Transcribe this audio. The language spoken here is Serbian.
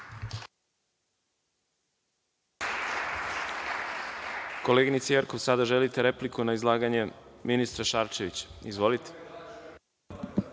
Koleginice Jerkov, sada želite repliku na izlaganje ministra Šarčevića. Izvolite.